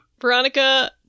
Veronica